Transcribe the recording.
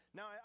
Now